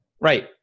Right